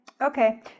Okay